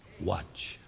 Watch